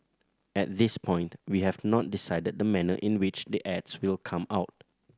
at this point we have not decided the manner in which the ads will come out